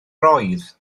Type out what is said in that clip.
roedd